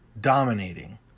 dominating